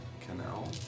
canal